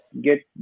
get